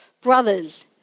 Brothers